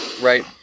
Right